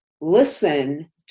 listen